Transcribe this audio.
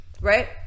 right